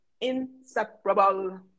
inseparable